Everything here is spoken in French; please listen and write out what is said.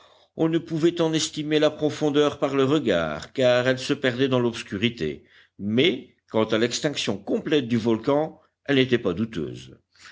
on ne pouvait en estimer la profondeur par le regard car elle se perdait dans l'obscurité mais quant à l'extinction complète du volcan elle n'était pas douteuse